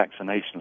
vaccinations